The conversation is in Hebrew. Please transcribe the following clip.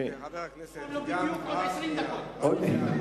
נשארו לו בדיוק עוד 20 דקות.